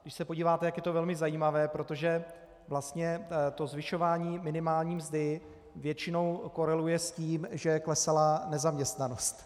Když se podíváte, tak je to velmi zajímavé, protože vlastně zvyšování minimální mzdy většinou koreluje s tím, že klesala nezaměstnanost.